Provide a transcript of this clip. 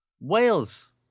Wales